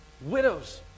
Widows